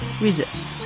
resist